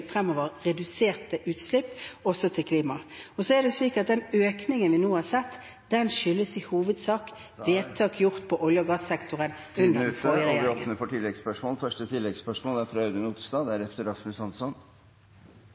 reduserte utslipp fremover – også med hensyn til klimaet. Det er slik at økningen vi nå har sett, skyldes i hovedsak vedtak gjort innen olje- og gassektoren under den forrige regjering. Det åpnes for oppfølgingsspørsmål – først Audun